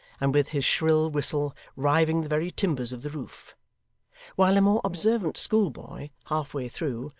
and with his shrill whistle riving the very timbers of the roof while a more observant schoolboy, half-way through,